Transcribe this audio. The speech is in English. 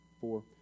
four